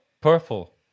purple